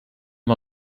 amb